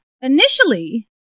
initially